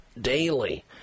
daily